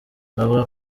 avuga